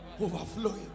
Overflowing